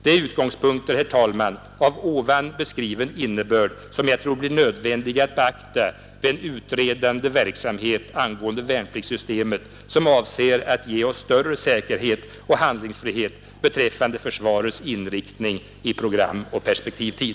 Det är utgångspunkter, herr talman, av här beskriven innebörd som jag tror blir nödvändiga att beakta vid en utredande verksamhet angående värnpliktssystemet som avser att ge oss större säkerhet och handlingsfrihet beträffande försvarets inriktning i programoch perspektivtid.